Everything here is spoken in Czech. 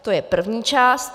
To je první část.